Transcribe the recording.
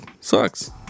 sucks